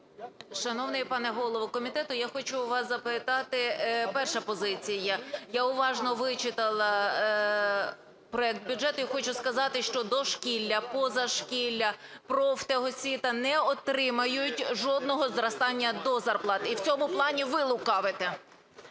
Шановний пане голово комітету, я хочу у вас запитати. Перша позиція – я уважно вичитала проект бюджету і хочу сказати, що дошкілля, позашкілля, профтехосвіта не отримають жодного зростання до зарплат. І в цьому плані ви лукавите.